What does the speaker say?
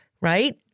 Right